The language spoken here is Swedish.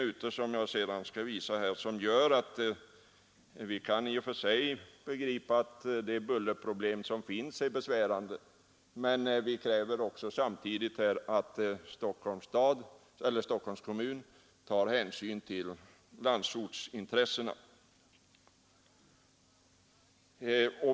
Vi har problem, som gör att vi i och för sig kan begripa att bullret är besvärande, men vi kräver samtidigt att Stockholms kommun tar hänsyn till landsortsintressena.